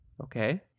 Okay